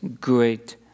great